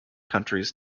countries